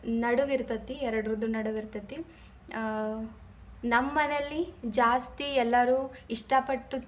ನಡುವೆ ಇರ್ತತಿ ಎರಡರದೂ ನಡುವೆ ಇರ್ತತಿ ನಮ್ಮ ಮನೇಲ್ಲಿ ಜಾಸ್ತಿ ಎಲ್ಲರೂ ಇಷ್ಟಪಟ್ಟು